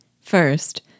First